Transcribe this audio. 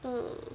mm